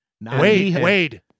Wade